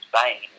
Spain